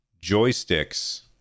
joysticks